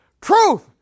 truth